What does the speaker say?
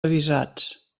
avisats